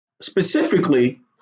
Specifically